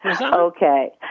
Okay